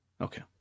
Okay